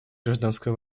гражданской